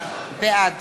בעד